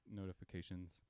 notifications